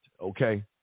okay